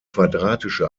quadratische